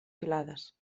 filades